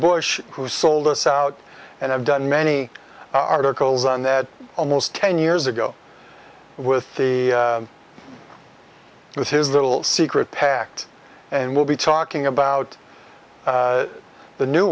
bush who sold us out and i've done many articles on that almost ten years ago with the with his little secret pact and we'll be talking about the new